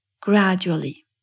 gradually